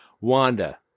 Wanda